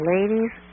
Ladies